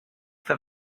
for